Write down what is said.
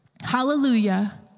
hallelujah